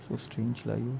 so strange like you